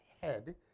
head